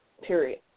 period